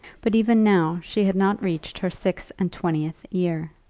but even now she had not reached her six-and-twentieth year.